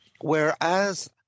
whereas